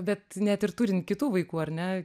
bet net ir turint kitų vaikų ar ne